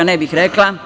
Ne bih rekla.